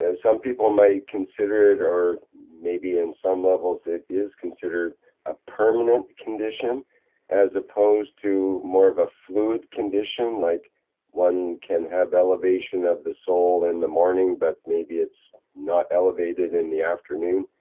and some people might consider it, or maybe in some levels it is considered a permanent condition as opposed to more of a fluid condition. like one can have elevation of the soul in the morning but maybe, it's not elevated in the afternoon,